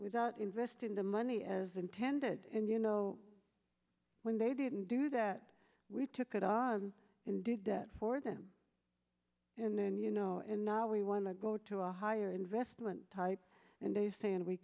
without investing the money as intended and you know when they didn't do that we took it off and did that for them and then you know and now we want i go to a higher investment type and they say and we